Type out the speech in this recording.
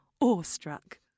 awestruck